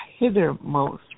hithermost